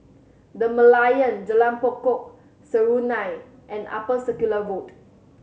The Merlion Jalan Pokok Serunai and Upper Circular Road